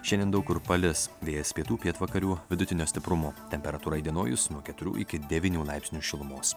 šiandien daug kur palis vėjas pietų pietvakarių vidutinio stiprumo temperatūra įdienojus nuo keturių iki devynių laipsnių šilumos